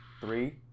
three